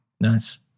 Nice